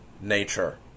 nature